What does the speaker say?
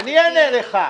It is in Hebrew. אני אענה לך.